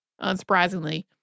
unsurprisingly